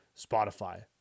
Spotify